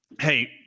Hey